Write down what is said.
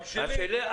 גם שלי.